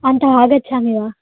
अन्तः आगच्छामि वा